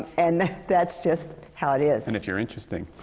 and that's just how it is. and if you're interesting.